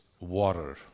water